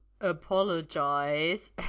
apologize